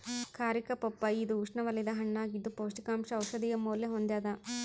ಕಾರಿಕಾ ಪಪ್ಪಾಯಿ ಇದು ಉಷ್ಣವಲಯದ ಹಣ್ಣಾಗಿದ್ದು ಪೌಷ್ಟಿಕಾಂಶ ಔಷಧೀಯ ಮೌಲ್ಯ ಹೊಂದ್ಯಾದ